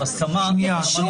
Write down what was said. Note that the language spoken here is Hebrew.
אני